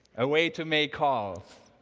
a way to make calls.